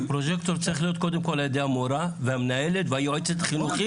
פרוג'קטור צריך להיות קודם כל על-ידי המורה והמנהלת והיועצת חינוכית,